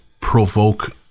provoke